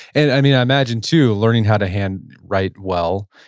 and i mean, i imagine too, learning how to hand write well,